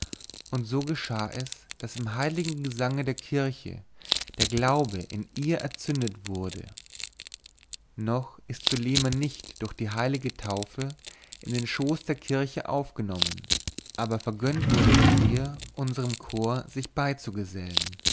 und so geschah es daß im heiligen gesange der kirche der glaube in ihr entzündet wurde noch ist zulema nicht durch die heilige taufe in den schoß der kirche aufgenommen aber vergönnt wurde es ihr unserm chor sich beizugesellen